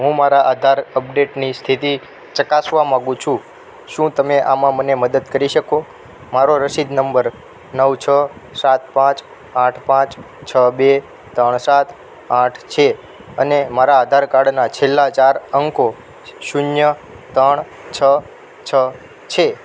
હું મારા આધાર અપડેટની સ્થિતિ ચકાસવા માંગુ છું શું તમે આમાં મને મદદ કરી શકો મારો રસીદ નંબર નવ છ સાત પાંચ આઠ પાંચ છ બે તણ સાત આઠ છે અને મારા આધાર કાર્ડના છેલ્લા ચાર અંકો શૂન્ય તણ છ છ છે